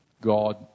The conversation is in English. God